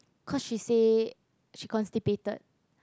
cause she say she constipated